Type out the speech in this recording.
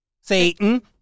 Satan